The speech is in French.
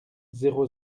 zéro